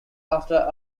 after